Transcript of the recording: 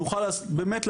נוכל באמת,